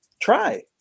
try